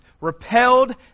repelled